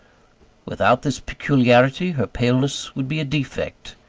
without this peculiarity her paleness would be a defect.